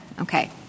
Okay